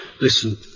Listen